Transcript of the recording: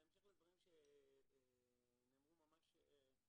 אני רוצה רק להעיר בהמשך לדברים שנאמרו ממש עכשיו.